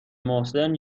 محسن